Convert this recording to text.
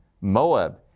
moab